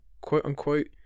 quote-unquote